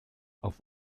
auf